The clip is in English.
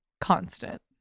constant